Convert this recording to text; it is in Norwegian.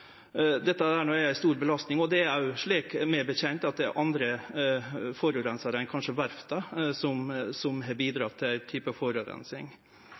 Dette er ei stor belastning, og det er, så vidt eg veit, òg andre enn verfta som har bidrege til